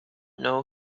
know